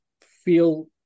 feel